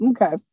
Okay